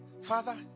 Father